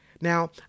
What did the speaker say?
Now